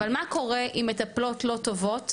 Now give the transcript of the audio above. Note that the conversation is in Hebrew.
אבל מה קורה אם מטפלות לא טובות,